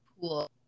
pool